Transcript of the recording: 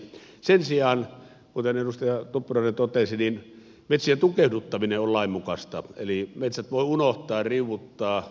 sen sijaan kuten edustaja tuppurainen totesi metsien tukehduttaminen on lain mukaista eli metsät voi unohtaa riuduttaa